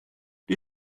die